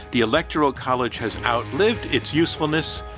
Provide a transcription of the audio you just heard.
the electoral college has outlived its usefulness.